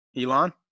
Elon